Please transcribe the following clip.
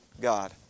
God